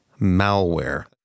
malware